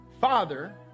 father